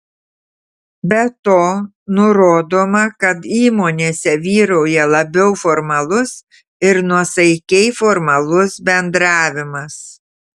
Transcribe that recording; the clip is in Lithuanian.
be to nurodoma kad įmonėse vyrauja labiau formalus ir nuosaikiai formalus bendravimas